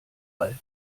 alt